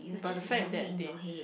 but the fact that they